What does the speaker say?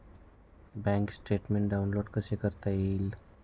Bank statement download कसे करता येईल?